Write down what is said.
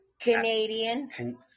Canadian